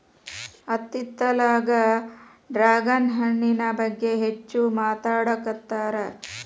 ಇತ್ತಿತ್ತಲಾಗ ಡ್ರ್ಯಾಗನ್ ಹಣ್ಣಿನ ಬಗ್ಗೆ ಹೆಚ್ಚು ಮಾತಾಡಾಕತ್ತಾರ